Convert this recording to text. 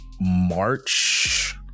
March